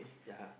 ya